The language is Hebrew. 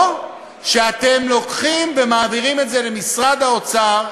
או שאתם לוקחים ומעבירים את זה למשרד האוצר,